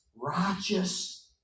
righteous